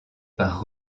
par